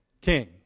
king